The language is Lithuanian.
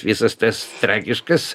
visas tas tragiškas